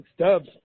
Stubbs